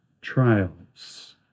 trials